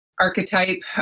archetype